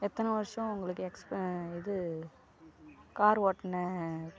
எத்தனை வருஷம் உங்களுக்கு எக்ஸ் இது கார் ஓட்டின